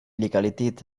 illegalität